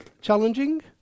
Challenging